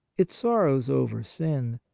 it sorrows over sin,